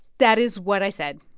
that is what i said.